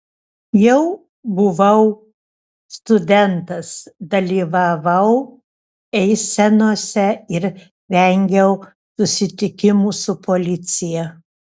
juk buvau studentas dalyvavau eisenose ir vengiau susitikimų su policija